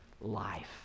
life